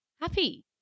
Happy